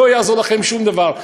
לא יעזור לכם שום דבר,